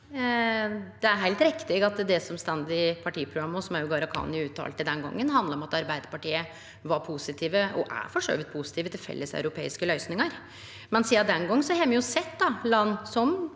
Det er heilt riktig at det som står i partiprogrammet, og som Gharahkhani uttalte den gongen, handla om at Arbeidarpartiet var positive, og er for så vidt positive, til felleseuropeiske løysingar. Men sidan den gongen har me jo sett land som